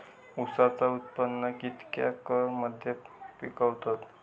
ऊसाचा उत्पादन कितक्या एकर मध्ये पिकवतत?